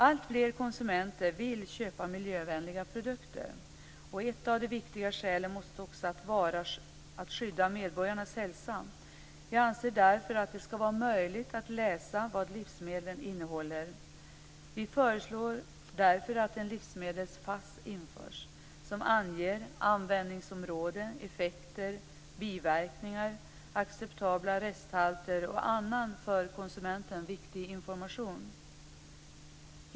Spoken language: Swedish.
Alltfler konsumenter vill köpa miljövänliga produkter. Ett av de viktiga skälen måste vara att skydda medborgarnas hälsa. Vi anser därför att det skall vara möjligt att läsa vad livsmedlen innehåller. Vi föreslår därför att en livsmedels-FASS införs, som anger användningsområde, effekter, biverkningar, acceptabla resthalter och annan för konsumenten viktig information.